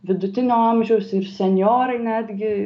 vidutinio amžiaus ir senjorai netgi